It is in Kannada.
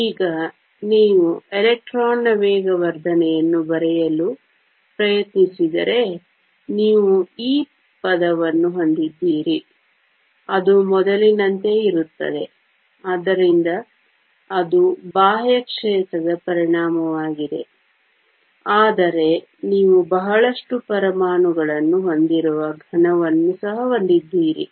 ಈಗ ನೀವು ಎಲೆಕ್ಟ್ರಾನ್ನ ವೇಗವರ್ಧನೆಯನ್ನು ಬರೆಯಲು ಪ್ರಯತ್ನಿಸಿದರೆ ನೀವು E ಪದವನ್ನು ಹೊಂದಿದ್ದೀರಿ ಅದು ಮೊದಲಿನಂತೆಯೇ ಇರುತ್ತದೆ ಆದ್ದರಿಂದ ಅದು ಬಾಹ್ಯ ಕ್ಷೇತ್ರದ ಪರಿಣಾಮವಾಗಿದೆ ಆದರೆ ನೀವು ಬಹಳಷ್ಟು ಪರಮಾಣುಗಳನ್ನು ಹೊಂದಿರುವ ಘನವನ್ನು ಸಹ ಹೊಂದಿದ್ದೀರಿ